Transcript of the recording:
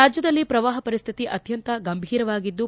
ರಾಜ್ಯದಲ್ಲಿ ಪ್ರವಾಹ ಪರಿಸ್ಥಿತಿ ಅತ್ಯಂತ ಗಂಭೀರವಾಗಿದ್ದು